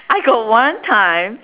I got one time